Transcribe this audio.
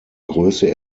größe